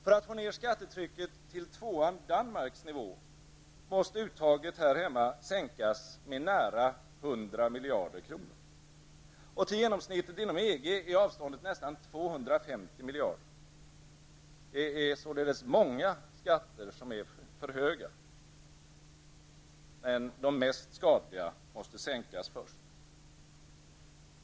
För att få ned skattetrycket till tvåan Danmarks nivå måste uttaget här hemma sänkas med nära 100 miljarder kronor. Till genomsnittet inom EG är avståndet nästan 250 miljarder. Det är således många skatter som är för höga. Men de mest skadliga måste sänkas först.